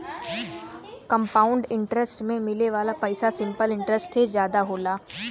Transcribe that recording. compound interest में मिले वाला पइसा सिंपल इंटरेस्ट से जादा होला